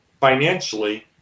financially